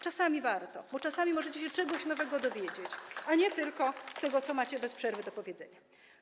Czasami warto, bo czasami możecie się czegoś nowego dowiedzieć, a nie tylko tego, co bez przerwy macie do powiedzenia.